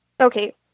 Okay